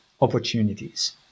opportunities